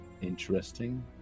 Interesting